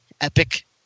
epic